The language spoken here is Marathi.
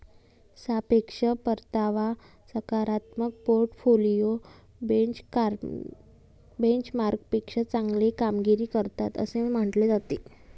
सापेक्ष परतावा सकारात्मक पोर्टफोलिओ बेंचमार्कपेक्षा चांगली कामगिरी करतात असे म्हटले जाते